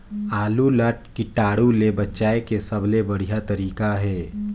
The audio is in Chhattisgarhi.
आलू ला कीटाणु ले बचाय के सबले बढ़िया तारीक हे?